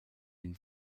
den